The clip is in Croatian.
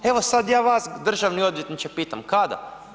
Evo sad ja vas državni odvjetniče pitam kada?